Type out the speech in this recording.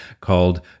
called